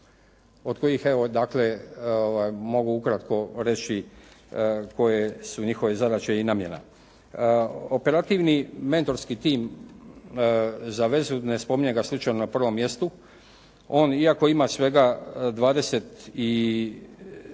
dakle, mogu ukratko reći koje su njihove zadaće i namjena. Operativni mentorski tim za vezu, ne spominjem ga slučajno na prvom mjestu, on iako ima svega 27